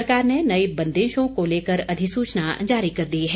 सरकार ने नई बंदिशों को लेकर अधिसूचना जारी कर दी है